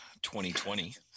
2020